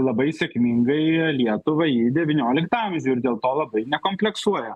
labai sėkmingai lietuvą į devynioliktą amžių ir dėl to labai nekompleksuoja